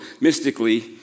mystically